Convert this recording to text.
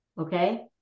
okay